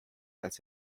als